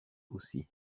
aussi